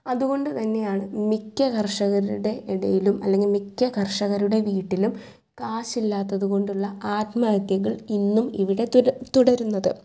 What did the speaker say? അതുകൊണ്ട് തന്നെയാണ് മിക്ക കർഷകരുടെ ഇടയിലും അല്ലെങ്കിൽ മിക്ക കർഷകരുടെ വീട്ടിലും കാശില്ലാത്തത് കൊണ്ടുള്ള ആത്മഹത്യകൾ ഇന്നും ഇവിടെ തുടരുന്നത്